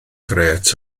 grêt